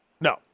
No